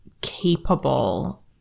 capable